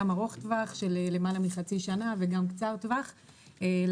גם ארוך-טווח של יותר מחצי שנה וגם קצר-טווח לחקלאים.